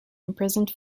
imprisoned